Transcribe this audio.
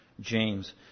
James